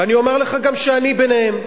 ואני אומר לך גם שאני ביניהם.